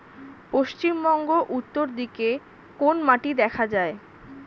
পশ্চিমবঙ্গ উত্তর দিকে কোন মাটি দেখা যায়?